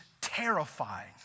terrifying